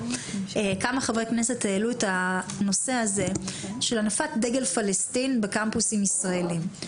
כמה חברי כנסת העלו את הנושא הזה של הנפת דגל פלסטין בקמפוסים ישראליים.